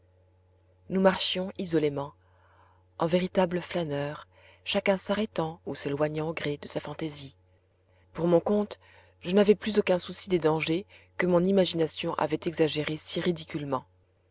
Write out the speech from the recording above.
nous marchions isolément en véritables flâneurs chacun s'arrêtant ou s'éloignant au gré de sa fantaisie pour mon compte je n'avais plus aucun souci des dangers que mon imagination avait exagérés si ridiculement